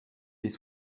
les